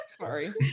Sorry